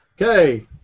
Okay